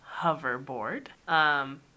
hoverboard